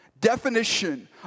definition